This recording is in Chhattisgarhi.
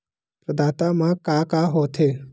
प्रदाता मा का का हो थे?